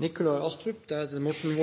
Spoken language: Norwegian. ikke